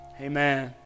Amen